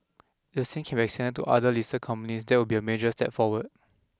the same can be extended to other listed companies that would be a major step forward